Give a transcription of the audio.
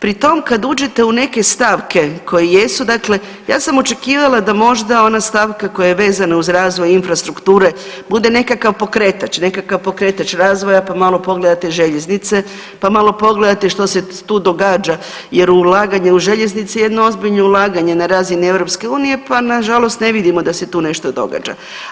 Pritom kada uđete u neke stavke koje jesu dakle ja sam očekivala da možda ona stavka koja je vezana uz razvoj infrastrukture bude nekakav pokretač, nekakav pokretač razvoja pa malo pogledate željeznice, pa malo pogledate što se tu događa jer ulaganje u željeznice je jedno ozbiljno ulaganje na razini Europske unije pa na žalost ne vidimo da se tu nešto događa.